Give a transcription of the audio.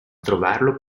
trovarlo